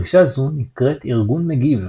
דרישה זו נקראת ארגון מגיב.